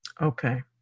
Okay